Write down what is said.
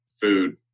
food